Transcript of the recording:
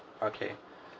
okay